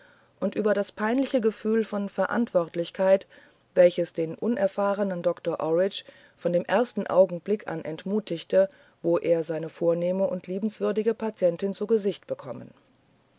und über das peinliche gefühl von verantwortlichkeit welches den unerfahrenen doktor orridge von dem ersten augenblick an entmutigt wo er seine vornehme und liebenswürdige patientin zu gesichtbekommen